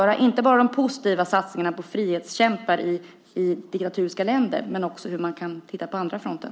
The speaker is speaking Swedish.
Det handlar inte bara om de positiva satsningarna på frihetskämpar i diktaturländer utan också om vad man gör på andra fronter.